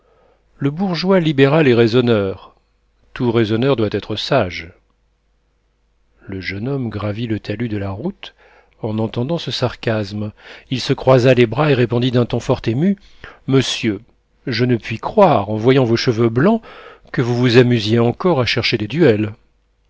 le bourgeois libéral est raisonneur tout raisonneur doit être sage le jeune homme gravit le talus de la route en entendant ce sarcasme il se croisa les bras et répondit d'un ton fort ému monsieur je ne puis croire en voyant vos cheveux blancs que vous vous amusiez encore à chercher des duels